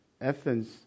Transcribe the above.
Athens